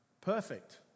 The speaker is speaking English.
Perfect